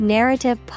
Narrative